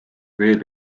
veel